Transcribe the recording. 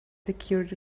secured